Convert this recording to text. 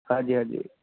ਹਾਂਜੀ ਹਾਂਜੀ